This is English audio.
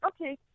okay